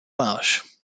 marsch